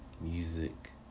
Music